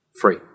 Free